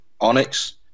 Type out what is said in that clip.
onyx